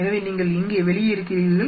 எனவே நீங்கள் இங்கே வெளியே இருக்கிறீர்கள்